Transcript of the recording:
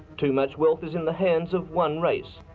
too much work is in the hands of one race,